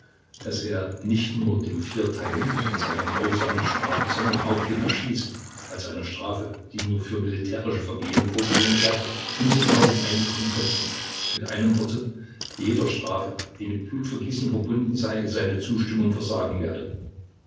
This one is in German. daß er nicht nur dem vierteilen als einer grausamen strafe sondern auch dem erschießen als einer strafe die nur für militärische vergehen vorgesehen sei und sogar dem einfachen köpfen mit einem worte jeder strafe die mit blutvergießen verbunden sei seine zustimmung versagen werde